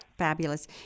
Fabulous